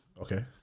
Okay